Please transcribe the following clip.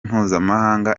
mpuzamahanga